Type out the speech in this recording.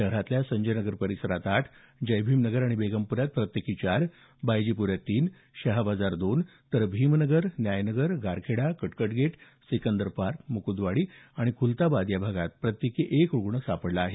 शहरातल्या संजयनगर परिसरात आठ जयभीमनगर आणि बेगमप्ऱ्यात प्रत्येकी चार बायजीप्ऱ्यात तीन शहाबाजार दोन तर भीमनगर न्यायनगर गारखेडा कटकट गेट सिकंदर पार्क म्कंदवाडी आणि खूलताबाद या भागात प्रत्येकी एक रुग्ण सापडला आहे